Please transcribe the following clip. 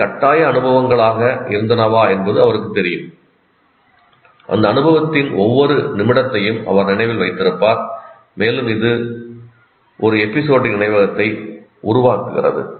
அவை கட்டாய அனுபவங்களாக இருந்தனவா என்பது அவருக்குத் தெரியும் அந்த அனுபவத்தின் ஒவ்வொரு நிமிடத்தையும் அவர் நினைவில் வைத்திருப்பார் மேலும் இது ஒரு எபிசோடிக் நினைவகத்தை உருவாக்குகிறது